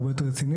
הרבה יותר רציני,